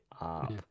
up